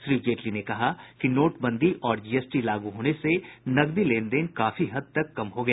श्री जेटली ने कहा कि नोटबंदी और जीएसटी लागू होने से नगदी लेन देन काफी हद तक कम हो गया